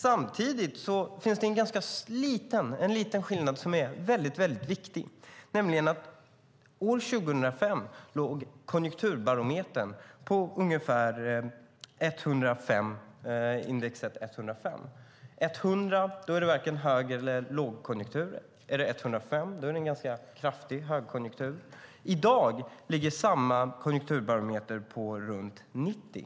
Samtidigt finns det en liten skillnad som är väldigt viktig, nämligen att år 2005 låg konjunkturbarometern ungefär på 105. När den är 100 är det varken hög eller lågkonjunktur, och när den är 105 är det en ganska kraftig högkonjunktur. I dag ligger samma konjunkturbarometer på runt 90.